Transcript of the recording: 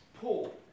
Paul